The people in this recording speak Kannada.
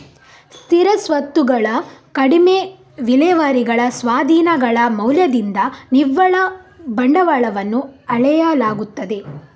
ಸ್ಥಿರ ಸ್ವತ್ತುಗಳ ಕಡಿಮೆ ವಿಲೇವಾರಿಗಳ ಸ್ವಾಧೀನಗಳ ಮೌಲ್ಯದಿಂದ ನಿವ್ವಳ ಬಂಡವಾಳವನ್ನು ಅಳೆಯಲಾಗುತ್ತದೆ